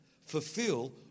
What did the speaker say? fulfill